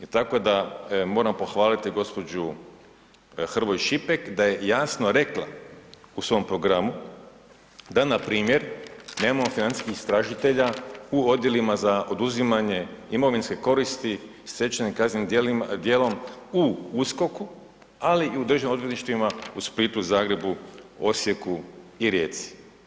Tako da moram pohvaliti gospođu Hrvoj Šipek da je jasno rekla u svom programu da npr. nemamo financijskih istražitelja u odjelima za oduzimanje imovinske koristi stečene kaznenim djelom u USKOK-u, ali i u državnim odvjetništvima u Splitu, Zagrebu, Osijeku i Rijeci.